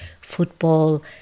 football